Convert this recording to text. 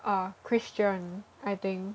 uh christian I think